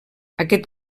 aquest